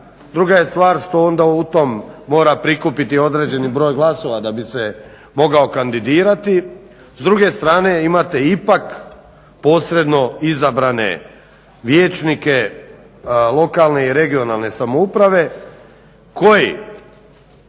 Druga je stvar što onda u tom mora prikupiti određeni broj glasova da bi se mogao kandidirati. S druge strane imate ipak posredno izabrane vijećnike lokalne i regionalne samouprave koji